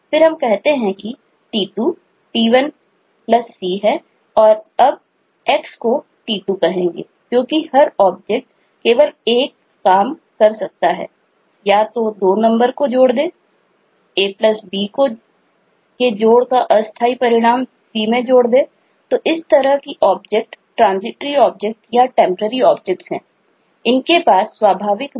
फिर हम कहते हैं कि t2 t1 c है और अब x को t2 कहेंगे